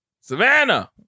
Savannah